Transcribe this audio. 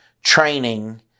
training